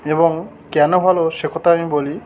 এবং কেন ভালো সে কথা আমি বলি